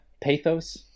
pathos